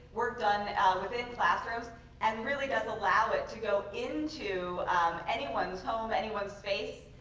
work done within classrooms and really does allow it to go into anyone's home, anyone space.